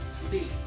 today